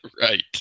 Right